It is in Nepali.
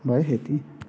भयो यति